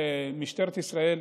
משטרת ישראל,